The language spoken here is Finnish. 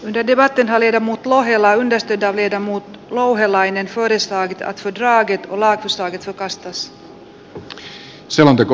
yhdentyväten halil mutlu ohella nesteitä viedä muut louhelainen suolistoa ja lakiehdotus hylätään